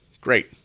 great